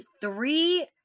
three